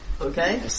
Okay